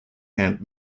hand